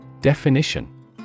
Definition